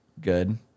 good